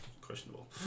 questionable